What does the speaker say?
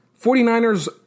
49ers